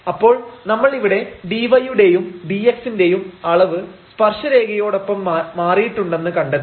അപ്പോൾ നമ്മൾ ഇവിടെ dy യുടെയും dx ന്റെയും അളവ് സ്പർശരേഖയോടൊപ്പം മാറിയിട്ടുണ്ടെന്ന് കണ്ടെത്തി